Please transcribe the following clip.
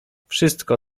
wszystko